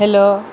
hello